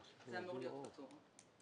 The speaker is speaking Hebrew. זה אמור להיות פטור.